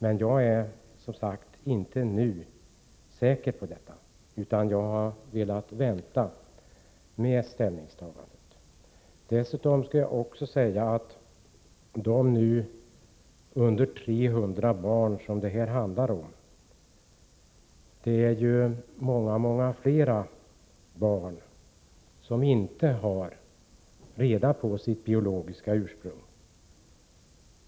Men jag är inte säker på det nu. Jag vill vänta med mitt ställningstagande. Det handlar i detta fall om färre än 300 barn. Jag vill nämna att det är många flera barn än så som inte har kännedom om sitt biologiska ursprung.